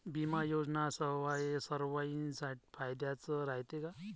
बिमा योजना सर्वाईसाठी फायद्याचं रायते का?